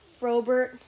Frobert